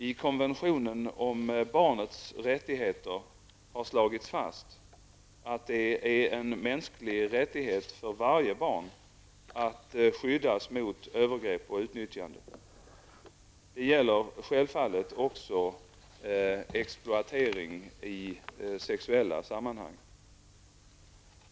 I konventionen om barnets rättigheter har slagits fast att det är en mänsklig rättighet för varje barn att skyddas mot övergrepp och utnyttjande. Det gäller självfallet också exploatering i sexuella sammanhang.